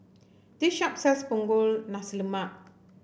this shop sells Punggol Nasi Lemak